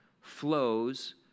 flows